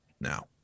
now